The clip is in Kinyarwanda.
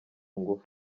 ngufu